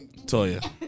Toya